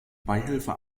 beihilfe